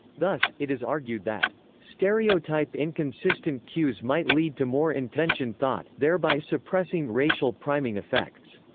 thus, it is argued that stereotype inconsistent cues might lead to more intentioned thought, thereby suppressing racial priming effects.